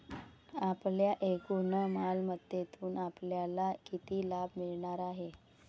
आपल्या एकूण मालमत्तेतून आपल्याला किती लाभ मिळणार आहे?